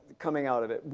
coming out of it.